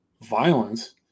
violence